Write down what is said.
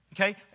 Okay